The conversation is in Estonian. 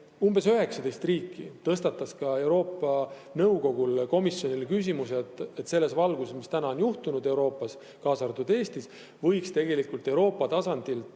19 riiki tõstatas ka Euroopa Nõukogus komisjonile küsimused, et selles valguses, mis on juhtunud Euroopas, kaasa arvatud Eestis, võiks tegelikult Euroopa tasandilt